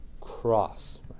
cross